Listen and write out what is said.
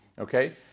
okay